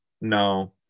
No